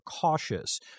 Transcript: cautious